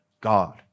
God